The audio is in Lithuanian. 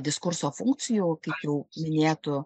diskurso funkcijų kaip jau minėtų